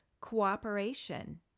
cooperation